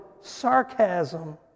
sarcasm